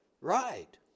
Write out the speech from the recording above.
Right